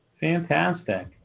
fantastic